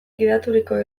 gidaturiko